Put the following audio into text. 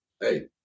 Hey